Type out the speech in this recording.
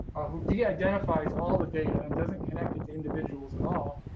who d identifies all the data and doesn't connect it to individuals at all,